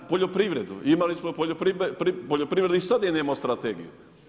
Poljoprivredu, imali smo poljoprivredu i sada nemamo strategiju.